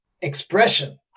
expression